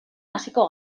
hasiko